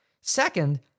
Second